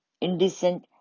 indecent